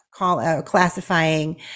classifying